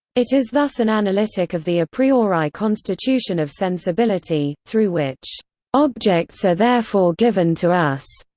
it is thus an analytic of the a priori constitution of sensibility through which objects are therefore given to us,